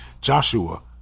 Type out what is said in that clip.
Joshua